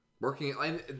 Working